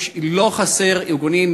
לא חסרים ארגונים,